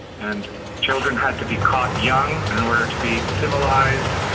and children had to be caught young in order to be civilised.